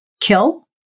kill